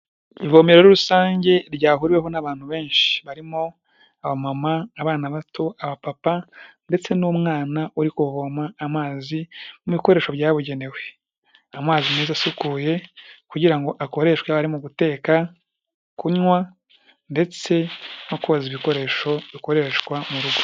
Ivomero rusange ryahuriweho n'abantu benshi, barimo abamama, abana bato, abapapa ndetse n'umwana uri kuvoma amazi mu bikoresho byabugenewe, amazi meza asukuye kugira ngo akoreshwe arimo guteka, kunywa ndetse no koza ibikoresho bikoreshwa mu rugo.